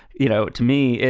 you know, to me.